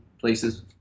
places